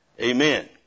Amen